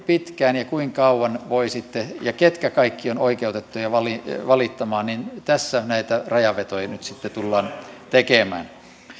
pitkään ja kuinka kauan ja ketkä kaikki ovat oikeutettuja valittamaan näitä rajanvetoja nyt sitten tullaan tekemään